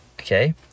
okay